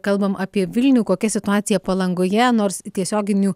kalbam apie vilnių kokia situacija palangoje nors tiesioginių